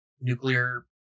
nuclear